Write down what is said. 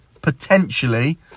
potentially